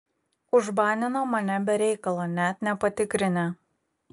užbanino mane be reikalo net nepatikrinę